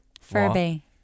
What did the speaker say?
Furby